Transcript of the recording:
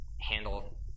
handle